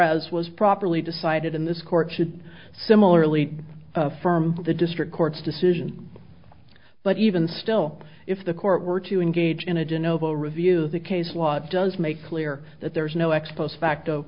as was properly decided in this court should similarly affirm the district court's decision but even still if the court were to engage in a general review the case law does make clear that there is no ex post facto